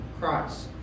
Christ